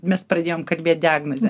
mes pradėjom kalbėt diagnozę